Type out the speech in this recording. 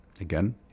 Again